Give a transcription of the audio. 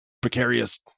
Precarious